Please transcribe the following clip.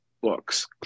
books